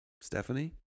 Stephanie